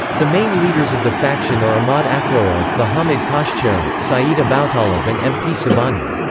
the main leaders of the faction are ah emad afroogh, mohammad khoshchehreh, saeed aboutaleb and mp sobhani.